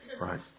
Right